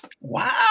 Wow